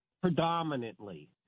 predominantly